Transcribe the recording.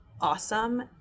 awesome